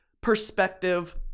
perspective